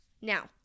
Now